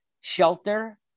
shelter